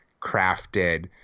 crafted